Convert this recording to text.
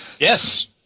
Yes